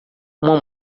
uma